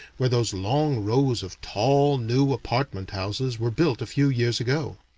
where those long rows of tall new apartment houses were built a few years ago.